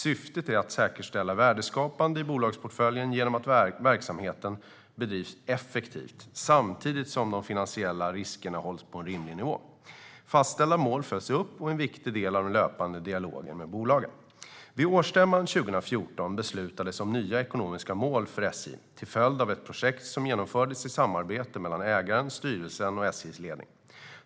Syftet är att säkerställa värdeskapande i bolagsportföljen genom att verksamheten bedrivs effektivt samtidigt som de finansiella riskerna hålls på en rimlig nivå. Fastställda mål följs upp och är en viktig del av den löpande dialogen med bolagen. Vid årsstämman 2014 beslutades om nya ekonomiska mål för SJ till följd av ett projekt som genomfördes i samarbete mellan ägaren, styrelsen och SJ:s ledning.